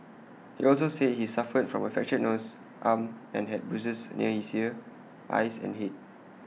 he also said he suffered from A fractured nose arm and had bruises near his ear eyes and Head